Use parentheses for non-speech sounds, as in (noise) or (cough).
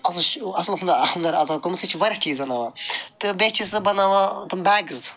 (unintelligible) اَصٕل ہُنر (unintelligible) عطا کوٚرمُت سُہ چھِ واریاہ چیٖز بَناوان تہٕ بیٚیہِ چھِ سُہ بَناوان تِم بیگٕز